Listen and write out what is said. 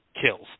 kills